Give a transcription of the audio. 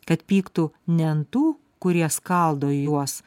kad pyktų ne ant tų kurie skaldo juos